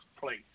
place